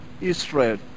Israel